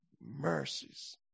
Mercies